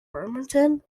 bremerton